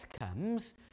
comes